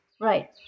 Right